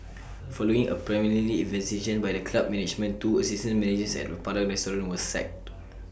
following A preliminary investigation by the club management two assistant managers at the Padang restaurant were sacked